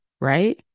right